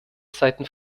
zeiten